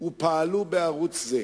ופעלו בערוץ זה.